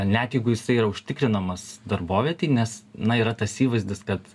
net jeigu jisai yra užtikrinamas darbovietėj nes na yra tas įvaizdis kad